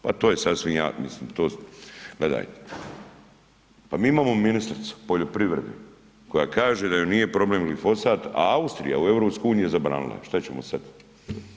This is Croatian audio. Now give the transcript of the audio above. Pa to je sasvim jasno, mislim, gledajte, pa mi imamo ministricu poljoprivrede koja kaže da joj nije problem glifosat a Austrija u EU je zabranila, šta ćemo sad.